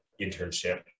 internship